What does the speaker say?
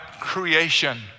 creation